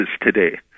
today